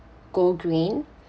go green